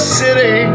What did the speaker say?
city